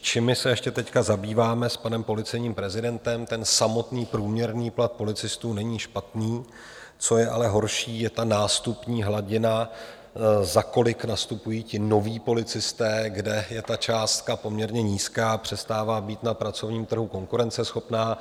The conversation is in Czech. Čím my se teď ještě zabýváme s panem policejním prezidentem samotný průměrný plat policistů není špatný, co je ale horší, je nástupní hladina, za kolik nastupují noví policisté, kde je částka poměrně nízká, přestává být na pracovním trhu konkurenceschopná.